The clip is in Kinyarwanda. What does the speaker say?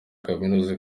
kaminuza